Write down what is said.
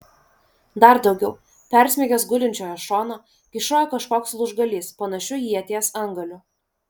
dar daugiau persmeigęs gulinčiojo šoną kyšojo kažkoks lūžgalys panašiu į ieties antgaliu